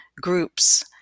groups